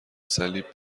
صلیب